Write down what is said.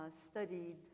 studied